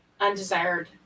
undesired